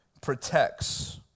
protects